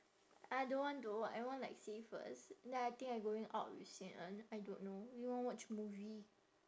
I don't want though I want like save first then I think I going out with xin en I don't know we want watch movie